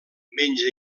menja